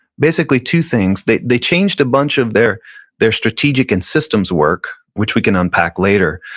basically, two things. they they changed a bunch of their their strategic and systems work which we can unpack later.